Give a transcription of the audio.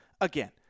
again